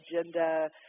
agenda